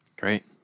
Great